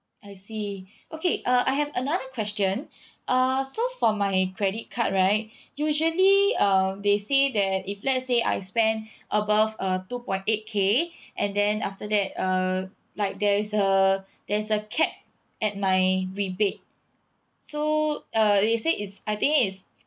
I see okay uh I have another question uh so for my credit card right usually um they say that if let's say I spend above uh two point eight K and then after that uh like there is a there is a cap at my rebate so uh they say it's I think it's